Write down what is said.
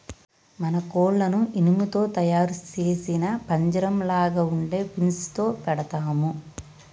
మనం కోళ్లను ఇనుము తో తయారు సేసిన పంజరంలాగ ఉండే ఫీన్స్ లో పెడతాము